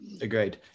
agreed